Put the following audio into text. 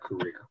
career